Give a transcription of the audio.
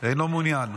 אינו מעוניין,